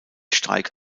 streik